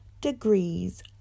degrees